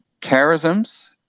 charisms